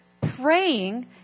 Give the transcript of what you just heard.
praying